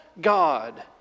God